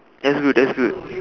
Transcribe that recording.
that's good that's good